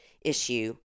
issue